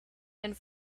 and